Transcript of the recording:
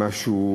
משהו